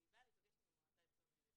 היא באה להיפגש עם המועצה לשלום הילד.